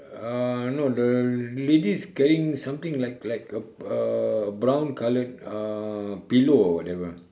uh no the lady is carrying something like like a uh brown coloured uh pillow or whatever